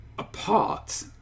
apart